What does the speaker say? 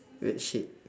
weird shit